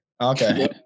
Okay